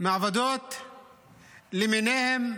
ועדות למיניהן,